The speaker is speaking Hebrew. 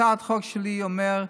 הצעת החוק שלי אומרת